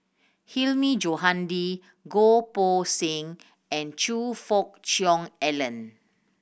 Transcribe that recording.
Hilmi Johandi Goh Poh Seng and Choe Fook Cheong Alan